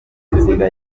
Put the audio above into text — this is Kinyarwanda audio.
nzira